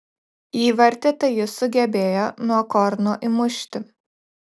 įvartį tai jis sugebėjo nuo korno įmušti